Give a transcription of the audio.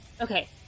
Okay